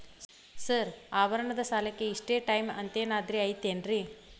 Sir ಆಭರಣದ ಸಾಲಕ್ಕೆ ಇಷ್ಟೇ ಟೈಮ್ ಅಂತೆನಾದ್ರಿ ಐತೇನ್ರೇ?